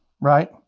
right